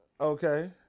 Okay